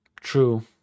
True